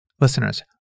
Listeners